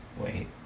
Wait